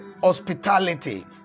hospitality